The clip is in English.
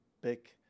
big